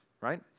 right